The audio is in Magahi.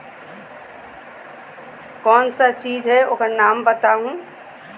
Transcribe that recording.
कौन सा चीज है ओकर नाम बताऊ?